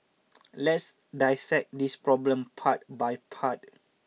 let's dissect this problem part by part